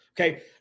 Okay